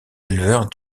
éleveurs